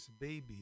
Baby